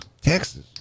Texas